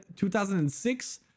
2006